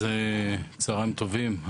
צהרים טובים.